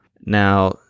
Now